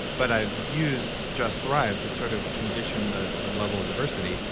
but i've used just thrive to sort of condition the the level of diversity,